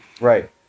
Right